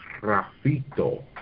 rafito